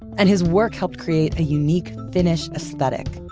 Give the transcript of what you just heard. and his work helped create a unique finnish aesthetic,